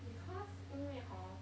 because 因为 hor